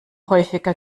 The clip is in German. häufiger